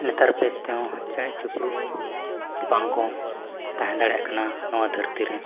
ᱱᱮᱛᱟᱨ ᱵᱮᱥ ᱛᱮᱦᱚᱸ ᱪᱮᱬᱮᱼᱪᱤᱯᱨᱩ ᱵᱟᱝᱠᱚ ᱛᱟᱦᱮᱸ ᱫᱟᱲᱮᱭᱟᱜ ᱠᱟᱱᱟ ᱱᱚᱣᱟ ᱫᱷᱟᱹᱨᱛᱤ ᱨᱮ